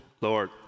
Lord